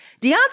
deontay